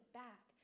back